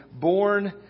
born